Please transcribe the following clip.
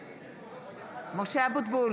אבוטבול,